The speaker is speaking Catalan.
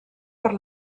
per